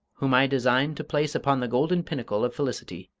whom i design to place upon the golden pinnacle of felicity.